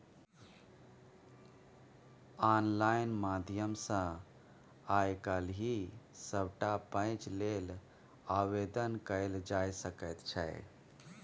online माध्यम सँ आय काल्हि सभटा पैंच लेल आवेदन कएल जाए सकैत छै